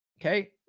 Okay